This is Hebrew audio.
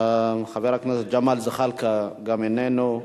חבר הכנסת ג'מאל זחאלקה, איננו,